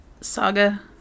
Saga